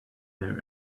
their